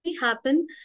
happen